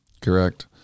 correct